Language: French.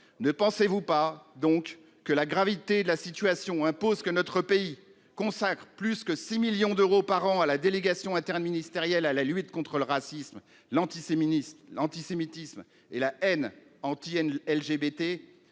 Ne pensez-vous pas que la gravité de la situation impose que notre pays consacre plus que 6 millions d'euros par an à la délégation interministérielle à la lutte contre le racisme, l'antisémitisme et la haine anti-LGBT,